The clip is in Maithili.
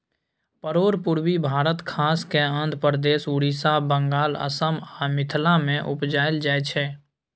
परोर पुर्वी भारत खास कय आंध्रप्रदेश, उड़ीसा, बंगाल, असम आ मिथिला मे उपजाएल जाइ छै